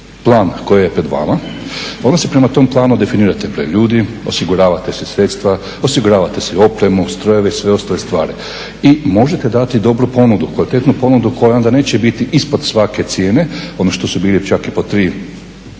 plan koji je pred vama onda se prema tom planu definirate broj ljudi, osigurate si opremu, strojeve i sve ostale stvari. I možete dati dobru ponudu, kvalitetnu ponudu koja onda neće biti ispod svake cijene, ono što su bili čak i po 3